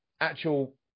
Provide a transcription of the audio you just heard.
actual